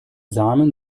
samen